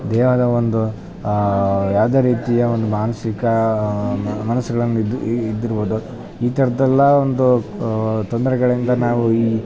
ದೇಹದ ಒಂದು ಯಾವುದೇ ರೀತಿಯ ಒಂದು ಮಾನಸಿಕ ಮನ್ಸುಗಳಲಿದ್ದು ಇದ್ದಿರ್ಬೌದು ಈ ಥರದ್ದೆಲ್ಲ ಒಂದು ತೊಂದರೆಗಳಿಂದ ನಾವು ಈ